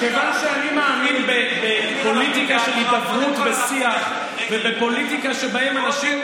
כיוון שאני מאמין בפוליטיקה של הידברות ושיח ובפוליטיקה שבאים אנשים,